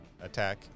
attack